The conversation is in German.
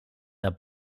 der